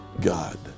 God